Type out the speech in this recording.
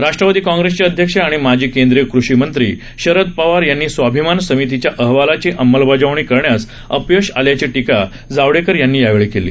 राष्ट्रवादी काँग्रेसचे अध्यक्ष आणि माजी केंद्रीय कृषिमंत्री शरद पवार यांना स्वाभिमान समितीच्या अहवालाची अंमलबजावणी करण्यात अपयश आल्याची टीका जावडेकर यांनी यावेळी केली